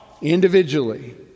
individually